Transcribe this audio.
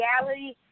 reality